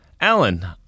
Alan